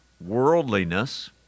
worldliness